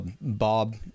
Bob